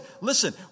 listen